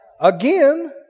Again